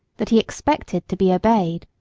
that he expected to be obeyed.